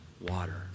water